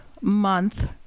month